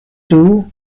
too